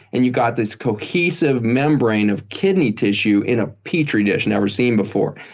and you've got this cohesive membrane of kidney tissue in a petri dish never seen before.